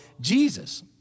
Jesus